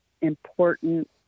important